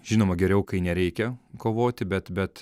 žinoma geriau kai nereikia kovoti bet bet